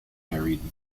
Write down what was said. married